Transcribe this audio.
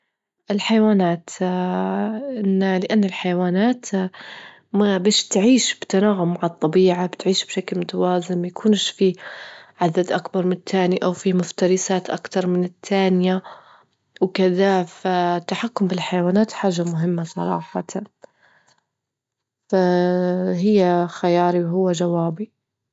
الحيوانات لأن الحيوانات ما باش تعيش بتناغم مع الطبيعة، بتعيش بشكل متوازن، ما يكونش في عدد أكبر من التاني أو في مفترسات أكتر من التانية وكذا، فالتحكم بالحيوانات حاجة مهمة صراحة، فهي خياري وهو جوابي.